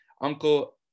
Uncle